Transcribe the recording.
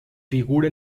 figura